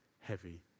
heavy